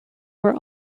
were